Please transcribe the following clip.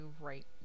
right